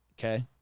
Okay